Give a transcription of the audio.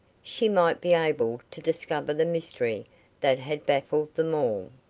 she might be able to discover the mystery that had baffled them all.